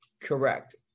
Correct